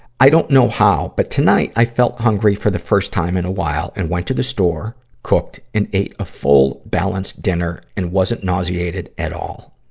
i don't know how, but tonight i felt hungry for the first time in a while and went to the store, store, cooked, and ate a full-balanced dinner and wasn't nauseated at all.